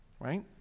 right